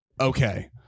Okay